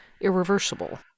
irreversible